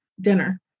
dinner